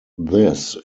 this